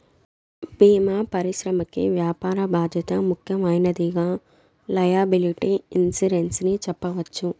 భీమా పరిశ్రమకి వ్యాపార బాధ్యత ముఖ్యమైనదిగా లైయబిలిటీ ఇన్సురెన్స్ ని చెప్పవచ్చు